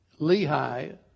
Lehi